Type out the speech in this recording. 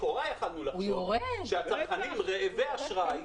לכאורה יכולנו לחשוב שהצרכנים רעבי אשראי.